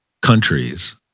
countries